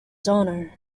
honor